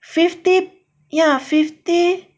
fifty ya fifty